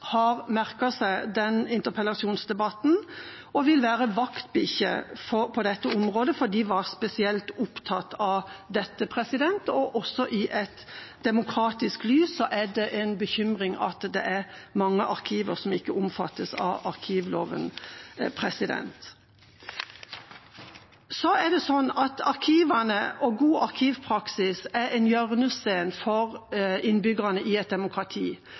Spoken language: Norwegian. har merket seg den interpellasjonsdebatten og vil være vaktbikkje på dette området, for de var spesielt opptatt av det. Også i et demokratisk lys er det en bekymring at mange arkiv ikke omfattes av arkivloven. Arkivene og god arkivpraksis er en hjørnesten for innbyggerne i et demokrati.